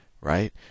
right